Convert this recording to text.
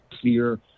clear